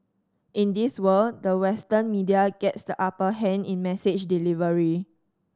in this world the Western media gets the upper hand in message delivery